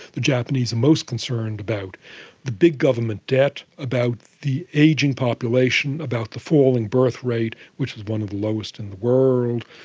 the japanese are most concerned about the big government debt, about the ageing population, about the falling birthrate, which is one of the lowest in the world,